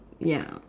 ya